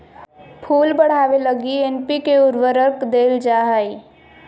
फूल बढ़ावे लगी एन.पी.के उर्वरक देल जा हइ